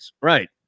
Right